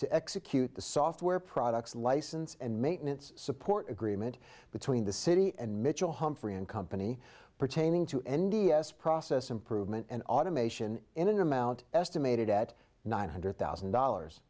to execute the software products license and maintenance support agreement between the city and mitchell humphrey and company pertaining to n d s process improvement and automation in an amount estimated at nine hundred thousand dollars